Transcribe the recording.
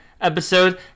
episode